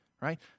right